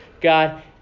God